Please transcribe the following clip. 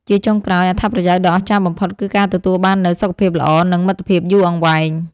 ជាចុងក្រោយ អត្ថប្រយោជន៍ដ៏អស្ចារ្យបំផុត គឺការទទួលបាននូវ សុខភាពល្អ និងមិត្តភាពយូរអង្វែង។